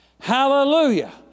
Hallelujah